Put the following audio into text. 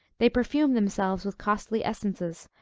they perfume themselves with costly essences,